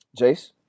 jace